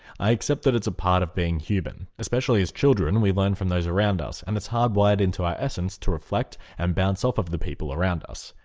i accept that it's a part of being human. especially as children we learn from those around us and it's hardwired into our essence to reflect and bounce off of the people around us.